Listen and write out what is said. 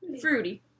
Fruity